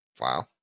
wow